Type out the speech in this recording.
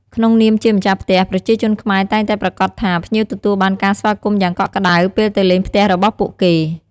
ក្នុងនាមជាម្ចាស់ផ្ទះ ប្រជាជនខ្មែរតែងតែប្រាកដថា ភ្ញៀវទទួលបានការស្វាគមន៍យ៉ាងកក់ក្ដៅ ពេលទៅលេងផ្ទះរបស់ពួកគេ។